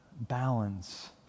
balance